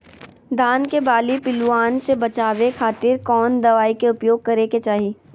धान के बाली पिल्लूआन से बचावे खातिर कौन दवाई के उपयोग करे के चाही?